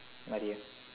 my dear